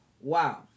Wow